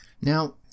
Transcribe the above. Now